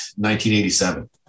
1987